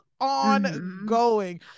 ongoing